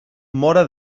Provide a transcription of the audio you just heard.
móra